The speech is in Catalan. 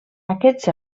aquests